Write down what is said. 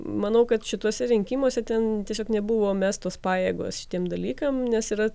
manau kad šituose rinkimuose ten tiesiog nebuvo mestos pajėgos šitiem dalykam nes yra